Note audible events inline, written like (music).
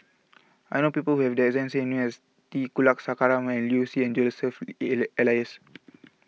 I know people who have the exact name as T Kulasekaram Liu Si and Joseph (unintelligible) Elias